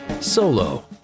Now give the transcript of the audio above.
Solo